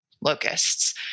locusts